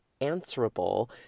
answerable